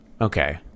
okay